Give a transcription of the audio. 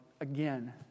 again